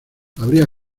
habría